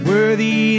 Worthy